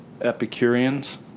Epicureans